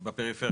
בפריפריה.